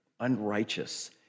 unrighteous